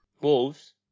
Wolves